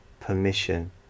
permission